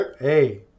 Hey